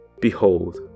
Behold